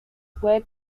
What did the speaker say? were